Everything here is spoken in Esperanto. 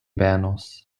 benos